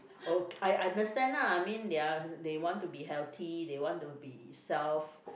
oh I understand lah I mean they are they want to be healthy they want to be self